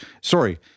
Sorry